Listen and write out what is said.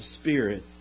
Spirit